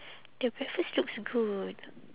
the breakfast looks good